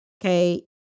Okay